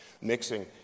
mixing